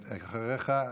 אחריך?